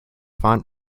font